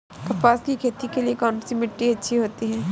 कपास की खेती के लिए कौन सी मिट्टी अच्छी होती है?